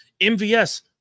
MVS